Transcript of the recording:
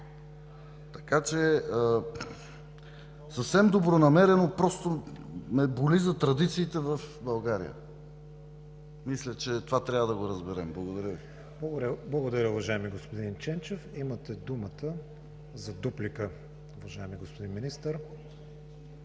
Така че съвсем добронамерено – просто ме боли за традициите в България. Мисля, че това трябва да го разберем. Благодаря Ви. ПРЕДСЕДАТЕЛ КРИСТИАН ВИГЕНИН: Благодаря, уважаеми господин Ченчев. Имате думата за дуплика, уважаеми господин Министър.